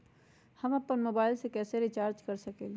हम अपन मोबाइल कैसे रिचार्ज कर सकेली?